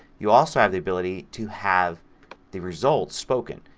you also have the ability to have the results spoken.